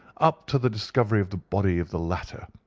up to the discovery of the body of the latter,